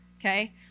Okay